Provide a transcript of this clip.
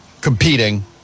competing